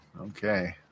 Okay